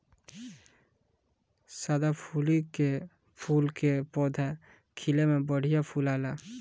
सदाफुली कअ फूल के पौधा खिले में बढ़िया फुलाला